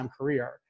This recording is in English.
career